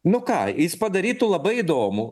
nu ką jis padarytų labai įdomų